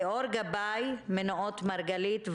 ליאור גבאי מנאות מרגלית,